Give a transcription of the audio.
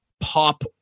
pop